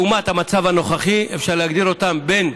לעומת המצב הנוכחי, אפשר להגדיר אותן בין